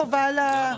וגם בנושאים